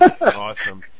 Awesome